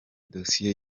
dosiye